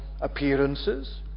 appearances